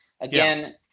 Again